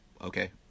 okay